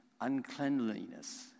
uncleanliness